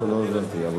לא הבנתי.